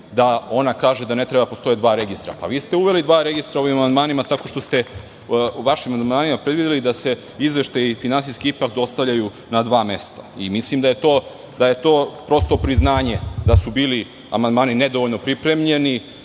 da ona kaže da ne treba da postoje dva registra. Vi ste uveli dva registra ovim amandmanima, tako što ste u vašim amandmanima predvideli da se izveštaji finansijski ipak dostavljaju na dva mesta. Mislim da je to, prosto, priznanje da su bili amandmani nedovoljno pripremljeni,